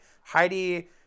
Heidi